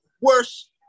worse